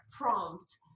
prompt